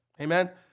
Amen